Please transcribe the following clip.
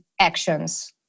actions